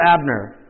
Abner